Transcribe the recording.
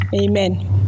amen